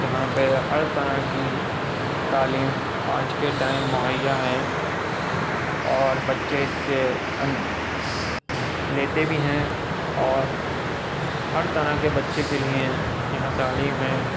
جہاں پہ ہر طرح کی تعلیم آج کے ٹائم مہیا ہیں اور بچے اس سے ان لیتے بھی ہیں اور ہر طرح کے بچے کے لیے یہاں تعلیم ہے